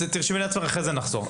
תרשמי לעצמך ואחרי זה נחזור.